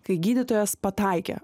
kai gydytojas pataikė